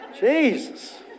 Jesus